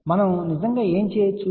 కాబట్టి మనం నిజంగా ఏమి చేయగలం